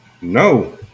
No